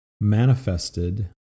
manifested